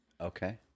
Okay